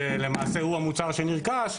שלמעשה הוא המוצר שנרכש,